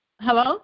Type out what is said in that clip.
hello